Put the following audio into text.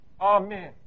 Amen